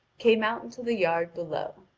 came out into the yard below.